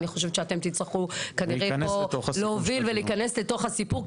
אני חושבת שאתם צריכים פה להוביל ולהיכנס לתוך הסיפור.